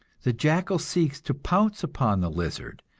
the jackal seeks to pounce upon the lizard,